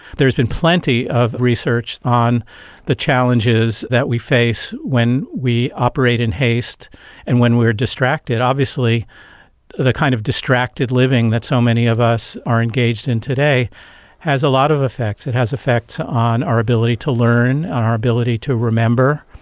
there has been plenty of research on the challenges that we face when we operate in haste and when we are distracted. obviously the kind of distracted living that so many of us are engaged in today has a lot of effects. it has effects on our ability to learn, on our ability to remember,